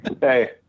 Hey